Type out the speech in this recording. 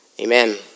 Amen